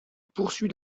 poursuit